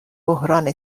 بحران